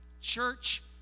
church